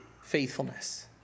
faithfulness